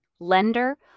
lender